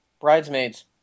Bridesmaids